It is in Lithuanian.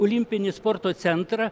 olimpinį sporto centrą